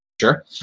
sure